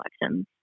elections